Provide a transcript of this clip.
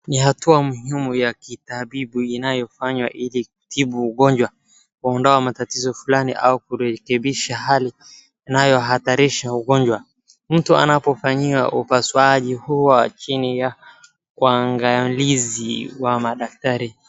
Ni hatua muhuimu ya kitabibu inayofanywa ili kutibu ugonjwa, kuondoa matatizo fulani au kurekebisha hali inayohatarisha ugonjwa. Mtu anapofanyiwa upasuaji huwa chini ya uangalizi wa madaktari.